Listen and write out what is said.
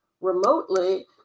remotely